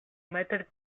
method